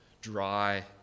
dry